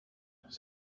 said